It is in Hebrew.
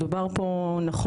מדובר פה נכון,